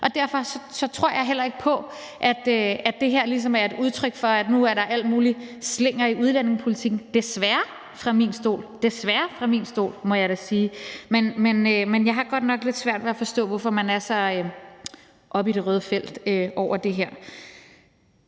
Derfor tror jeg heller ikke på, at det her ligesom er et udtryk for, at nu er der al mulig slinger i udlændingepolitikken – desværre, set fra min stol, desværre, må jeg da sige. Men jeg har godt nok lidt svært ved at forstå, hvorfor man sådan er oppe i det røde felt over det.